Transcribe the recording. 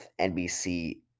NBC